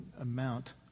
amount